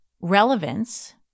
relevance